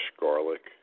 garlic